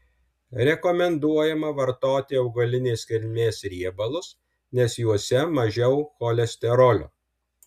rekomenduojama vartoti augalinės kilmės riebalus nes juose mažiau cholesterolio